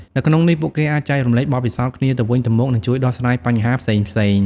នៅក្នុងនេះ ពួកគេអាចចែករំលែកបទពិសោធន៍គ្នាទៅវិញទៅមក និងជួយដោះស្រាយបញ្ហាផ្សេងៗ ។